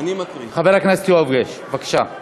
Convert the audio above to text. חבר הכנסת יואב קיש, בבקשה.